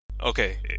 okay